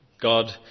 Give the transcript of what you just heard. god